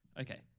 okay